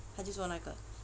他就做那个